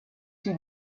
sie